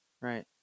Right